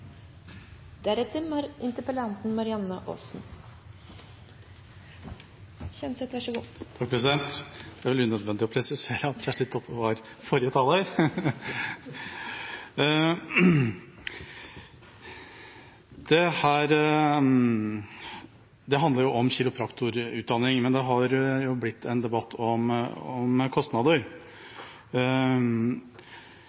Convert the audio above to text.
Det er vel unødvendig å presisere at Kjersti Toppe var forrige taler! Det handler om kiropraktorutdanning, men det har blitt en debatt om kostnader.